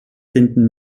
finden